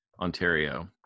Ontario